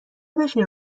بشین